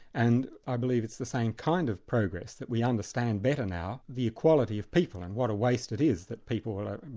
and i believe it's the same kind of progress that we understand better now, the equality of people, and what a waste it is that people are